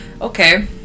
Okay